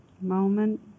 Moment